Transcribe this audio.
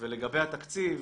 לגבי התקציב,